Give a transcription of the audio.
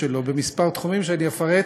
בכמה תחומים שאני אפרט